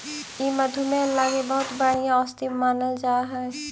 ई मधुमेह लागी बहुत बढ़ियाँ औषधि मानल जा हई